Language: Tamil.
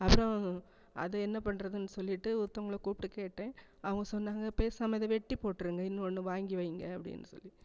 அப்புறம் அது என்ன பண்ணுறதுன்னு சொல்லிவிட்டு ஒருத்தவங்களை கூப்பிட்டு கேட்டேன் அவங்க சொன்னாங்க பேசாமல் இதை வெட்டி போட்டுருங்க இன்னொன்று வாங்கி வைங்க அப்படின்னு சொல்லி